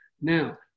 Now